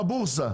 בבורסה?